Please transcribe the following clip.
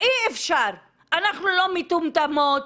אנחנו לא מטומטמות,